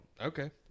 Okay